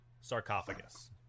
sarcophagus